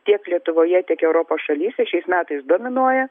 tiek lietuvoje tiek europos šalyse šiais metais dominuoja